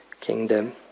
kingdom